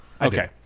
Okay